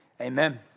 amen